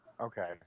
Okay